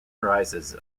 arises